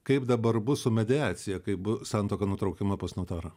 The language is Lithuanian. kaip dabar bus su mediacija kaip bu santuoka nutraukiama pas notarą